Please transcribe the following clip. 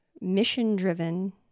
mission-driven